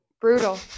brutal